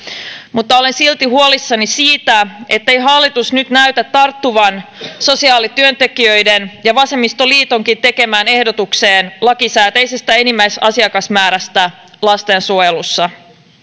mutta olen silti huolissani siitä ettei hallitus nyt näytä tarttuvan sosiaalityöntekijöiden ja vasemmistoliitonkin tekemään ehdotukseen lakisääteisestä enimmäisasiakasmäärästä lastensuojelussa